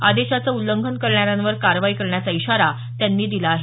आदेशाचं उल्लंघन करणार्यांवर कारवाई करण्याचा इशारा त्यांनी दिला आहे